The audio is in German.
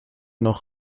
noch